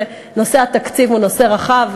נושא התקציב הוא נושא רחב,